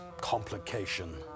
complication